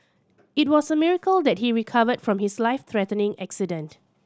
it was a miracle that he recovered from his life threatening accident